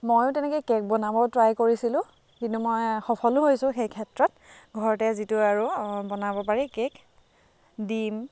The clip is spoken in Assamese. ময়ো তেনেকৈ কেক বনাব ট্ৰাই কৰিছিলোঁ কিন্তু মই সফলো হৈছোঁ সেই ক্ষেত্ৰত ঘৰতে যিটো আৰু বনাব পাৰি কেক ডিম